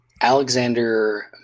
Alexander